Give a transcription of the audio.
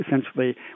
essentially